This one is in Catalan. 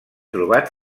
trobat